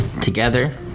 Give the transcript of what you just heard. Together